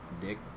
Dick